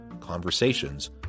Conversations